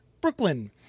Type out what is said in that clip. Brooklyn